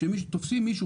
כשהם תופסים מישהו,